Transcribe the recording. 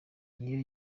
niyo